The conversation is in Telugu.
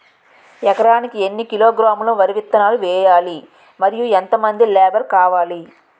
ఎకరానికి ఎన్ని కిలోగ్రాములు వరి విత్తనాలు వేయాలి? మరియు ఎంత మంది లేబర్ కావాలి?